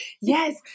Yes